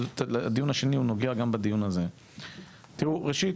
הדיון, ראשית,